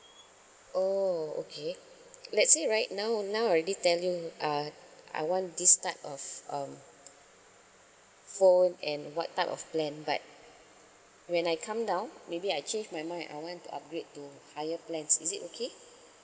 oh okay let's say right now now I already tell you uh I want this type of um phone and what type of plan but when I come down maybe I change my mind I want to upgrade to higher plans is it okay